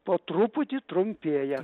po truputį trumpėja